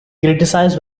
criticized